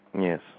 Yes